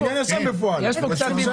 בפועל זה בניין ישן.